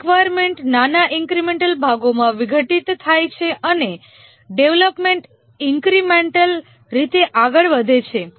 અહીં રિકવાયર્મેન્ટ નાના ઈન્ક્રિમેન્ટલ ભાગોમાં વિઘટિત થાય છે અને ડેવલપમેન્ટ ઈન્ક્રિમેન્ટલ રીતે આગળ વધે છે